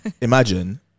Imagine